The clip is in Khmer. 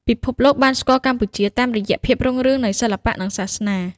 ពិភពលោកបានស្គាល់កម្ពុជាតាមរយៈភាពរុងរឿងនៃសិល្បៈ និងសាសនា។